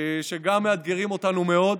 שגם מאתגרים אותנו מאוד.